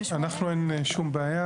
כן, אנחנו, אין שום בעיה.